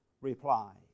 reply